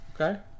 Okay